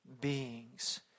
beings